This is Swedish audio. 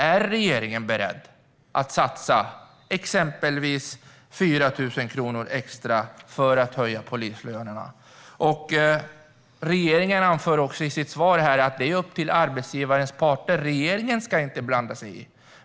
Är regeringen beredd att satsa exempelvis 4 000 kronor extra per polis för att höja polislönerna? Regeringen anför i sitt svar här att lönerna är upp till arbetsgivarens parter och att regeringen inte ska blanda sig i.